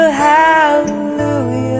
hallelujah